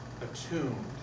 attuned